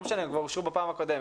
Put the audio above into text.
לא משנה, הם אושרו כבר בפעם הקודמת.